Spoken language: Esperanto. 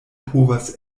povas